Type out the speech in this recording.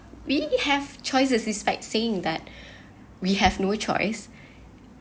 we have choices despite saying that we have no choice